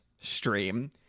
stream